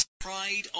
Pride